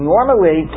Normally